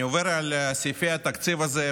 אני עובר על סעיפי התקציב הזה,